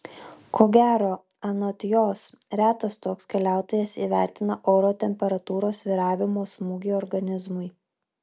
ko gero anot jos retas toks keliautojas įvertina oro temperatūros svyravimo smūgį organizmui